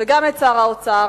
וגם את שר האוצר